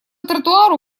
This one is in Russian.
тротуару